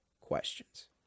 questions